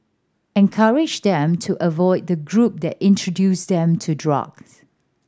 encourage them to avoid the group that introduced them to drugs